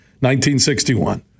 1961